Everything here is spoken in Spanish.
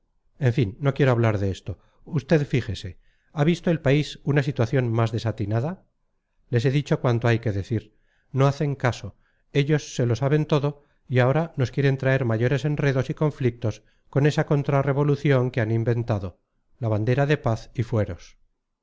en fin no quiero hablar de esto usted fíjese ha visto el país una situación más desatinada les he dicho cuanto hay que decir no hacen caso ellos se lo saben todo y ahora nos quieren traer mayores enredos y conflictos con esa contrarrevolución que han inventado la bandera de paz y fueros